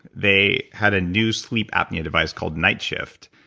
they had a new sleep apnea device called night shift,